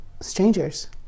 strangers